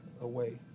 away